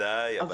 בוודאי,